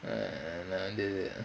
and err the